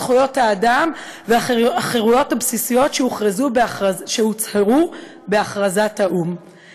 זכויות האדם והחירויות הבסיסיות שהוכרזו בהצהרת האו''ם,